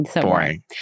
Boring